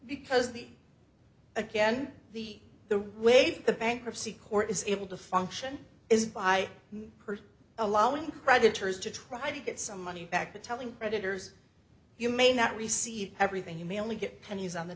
because the again the the way the bankruptcy court is able to function is by person allowing creditors to try to get some money back to telling predators you may not receive everything you may only get pennies on the